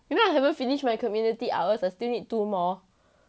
you know I haven't finished my community hours I still need two more